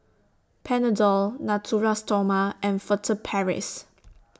Panadol Natura Stoma and Furtere Paris